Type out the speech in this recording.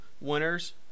Winners